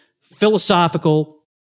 philosophical